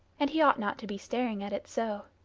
and he ought not to be staring at it so.